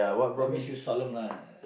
what makes you solemn lah